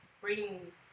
brings